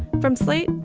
from slate.